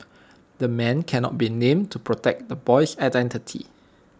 the man cannot be named to protect the boy's identity